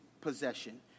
possession